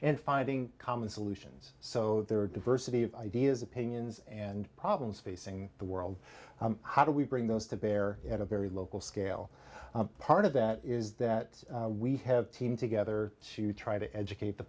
and finding common solutions so there are diversity of ideas opinions and problems facing the world how do we bring those to bear you had a very local scale part of that is that we have team together to try to educate the